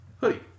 hoodie